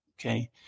Okay